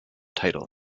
title